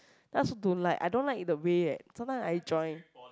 then I also don't like I don't like the way that sometimes I joined